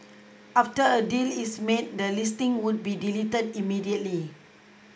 after a deal is made the listing would be deleted immediately